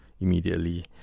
immediately